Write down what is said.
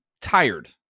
tired